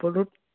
বলুন